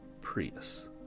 Prius